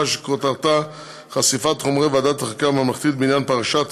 שכותרתה: חשיפת חומרי ועדת החקירה הממלכתית בעניין פרשת